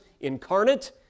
incarnate